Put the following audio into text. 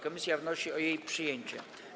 Komisja wnosi o jej przyjęcie.